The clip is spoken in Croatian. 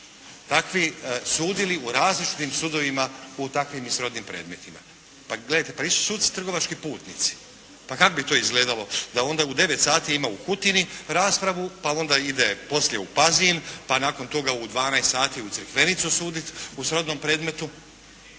takvi sudili u različitim sudovima u takvim i srodnim predmetima. Pa gledajte, nisu suci trgovački putnici, pa kako bi to izgledalo da onda u 9 sati ima u Kutini raspravu, pa onda ide poslije u Pazin, pa nakon toga u 12 sati u Crikvenicu suditi u srodnom predmetu.